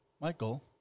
Michael